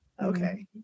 Okay